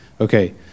Okay